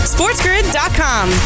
SportsGrid.com